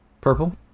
purple